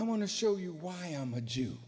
i want to show you why i'm a jew